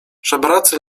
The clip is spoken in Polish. żebracy